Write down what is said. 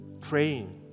praying